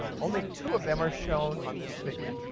only two of them are shown on this figure.